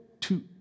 Two